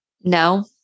No